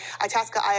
Itasca